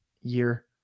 year